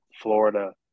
Florida